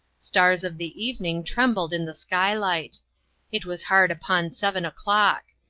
stars of the evening trembled in the skylight it was hard upon seven o'clock.